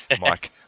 Mike